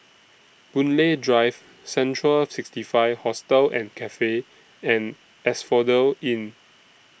Boon Lay Drive Central sixty five Hostel and Cafe and Asphodel Inn